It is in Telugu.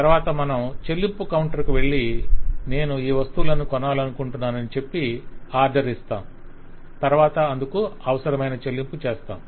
తరవాత మనం చెల్లింపు కౌంటర్కు వెళ్లి నేను ఈ వస్తువులను కొనాలనుకుంటున్నాని చెప్పి ఆర్డర్ఇస్తుము తరవాత అందుకు అవసరమైన చెల్లింపు చేస్తాము